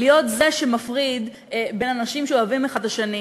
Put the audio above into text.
להיות זה שמפריד בין אנשים שאוהבים האחד את השני,